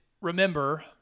remember